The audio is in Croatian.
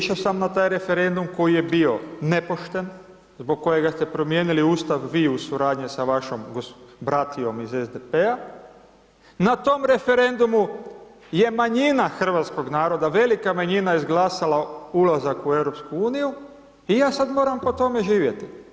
Išao sam na taj referendum koji je bio nepošten, zbog kojega ste promijenili Ustav vi u suradnji sa vašom bratijom iz SDP-a, na tom referendumu je manjina hrvatskog naroda, velika manjina izglasala ulazak u Europsku uniju, i ja sad moram po tome živjeti.